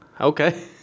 Okay